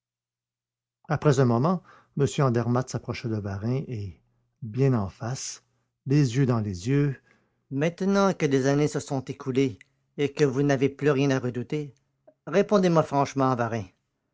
après un moment m andermatt s'approcha de varin et bien en face les yeux dans les yeux maintenant que des années se sont écoulées et que vous n'avez plus rien à redouter répondez-moi franchement varin